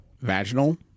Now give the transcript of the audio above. Vaginal